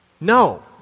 No